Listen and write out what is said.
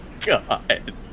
God